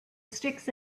sticks